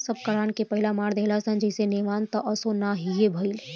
सब कराई के पाला मार देहलस जईसे नेवान त असो ना हीए भईल